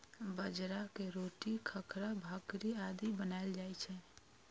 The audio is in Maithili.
बाजरा के रोटी, खाखरा, भाकरी आदि बनाएल जाइ छै